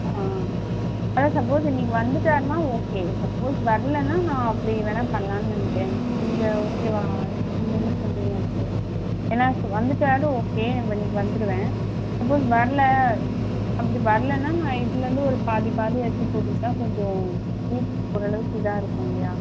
ஆ அதான் சப்போஸ் இன்னைக்கு வந்துட்டாருன்னா ஓகே சப்போஸ் வரலைன்னா நான் அப்படி வேணா பண்ணலான்னு நினைக்கிறேன் நீங்கள் ஓகேவா நீங்கள் என்ன சொல்லுறிங்க அதுக்கு ஏன்னா இப்போ வந்துவிட்டாலும் ஓகே நான் இன்னைக்கு வந்துருவேன் சப்போஸ் வரல அப்படி வரலைன்னா நான் இதுலருந்து ஒரு பாதி பாதி எடுத்து போட்டுக்கிட்டால் கொஞ்சம் ஃபீவர் ஓரளவுக்கு இதாக இருக்கும் இல்லையா